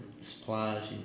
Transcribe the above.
supplies